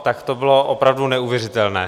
Tak to bylo opravdu neuvěřitelné.